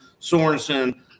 Sorensen